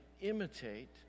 imitate